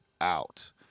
out